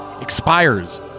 expires